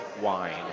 wine